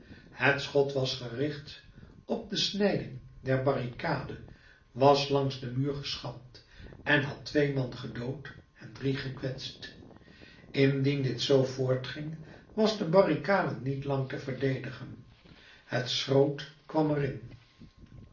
het schot was gericht op de snijding der barricade was langs den muur geschampt en had twee man gedood en drie gekwetst indien dit zoo voortging was de barricade niet lang te verdedigen het schroot kwam er